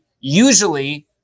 Usually